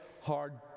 Hard